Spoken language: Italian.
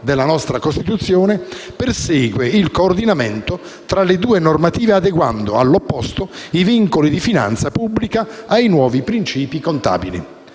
della Costituzione, persegue il coordinamento tra le due normative, adeguando all'opposto i vincoli di finanza pubblica ai nuovi principi contabili.